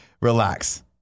relax